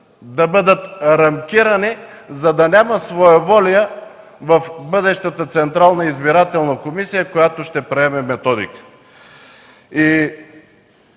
за методиката, за да няма своеволия в бъдещата Централна избирателна комисия, която ще приеме методиките.